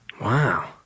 Wow